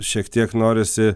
šiek tiek norisi